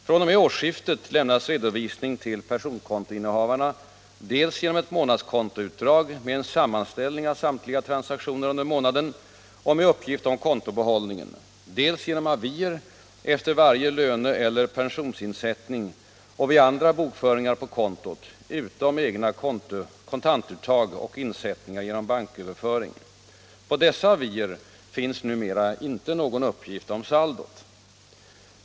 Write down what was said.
fr.o.m. årsskiftet lämnas redovisning till personkontoinnehavarna dels genom ett månadskontoutdrag med en sammanställning av samtliga transaktioner under månaden och med uppgift om kontobehållningen, dels genom avier efter varje löneeller pensionsinsättning och vid andra bokföringar på kontot utom egna kontantuttag och insättningar genom banköverföring. På dessa avier finns numera inte någon uppgift om saldot.